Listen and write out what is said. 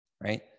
right